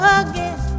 again